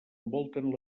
envolten